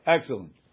Excellent